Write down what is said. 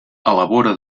elabora